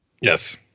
Yes